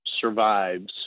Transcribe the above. survives